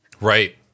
Right